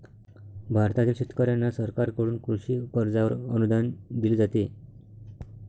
भारतातील शेतकऱ्यांना सरकारकडून कृषी कर्जावर अनुदान दिले जाते